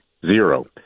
Zero